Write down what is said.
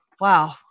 wow